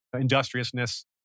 industriousness